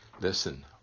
Listen